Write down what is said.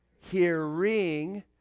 hearing